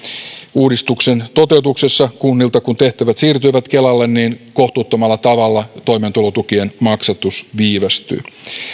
uudistuksen toteutuksessa kunnilta nämä tehtävät siirtyivät kelalle niin kohtuuttomalla tavalla toimeentulotukien maksatus viivästyi